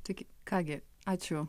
taigi ką gi ačiū